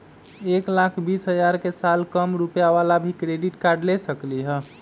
एक लाख बीस हजार के साल कम रुपयावाला भी क्रेडिट कार्ड ले सकली ह?